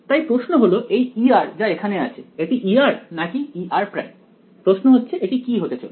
তাই প্রশ্ন হল এই E যা এখানে আছে এটি E নাকি Er' প্রশ্ন হচ্ছে এটি কি হতে চলেছে